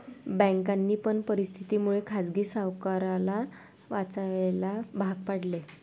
बँकांनी पण परिस्थिती मुळे खाजगी सावकाराला वाचवायला भाग पाडले